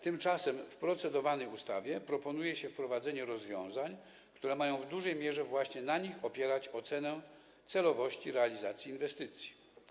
Tymczasem w procedowanej ustawie proponuje się wprowadzenie rozwiązań, które w dużej mierze mają właśnie na nich opierać ocenę celowości realizacji inwestycji.